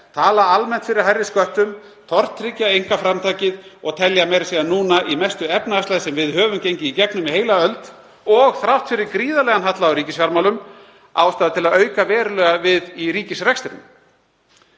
tala almennt fyrir hærri sköttum, tortryggja einkaframtakið og telja meira að segja núna, í mestu efnahagslægð sem við höfum gengið í gegnum í heila öld og þrátt fyrir gríðarlegan halla á ríkisfjármálum, ástæðu til að auka verulega við í ríkisrekstrinum.